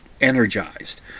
energized